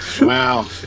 wow